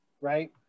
right